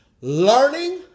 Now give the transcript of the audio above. learning